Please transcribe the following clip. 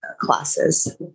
classes